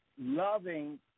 loving